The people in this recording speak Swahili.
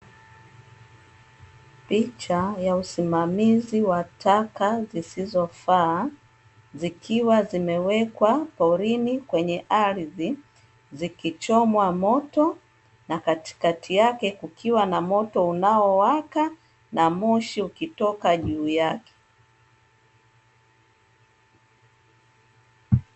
Picha ya usimamizi wa taka zisizofaa zikiwa zimewekwa porini kwenye ardhi zikichomwa moto na katikati yake kukiwa na moto unaowaka na moshi ukitoka juu yake.